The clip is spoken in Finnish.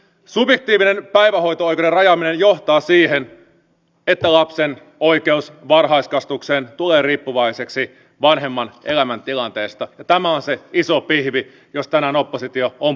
subjektiivisen päivähoito oikeuden rajaaminen johtaa siihen että lapsen oikeus varhaiskasvatukseen tulee riippuvaiseksi vanhemman elämäntilanteesta ja tämä on se iso pihvi josta tänään oppositio on puhunut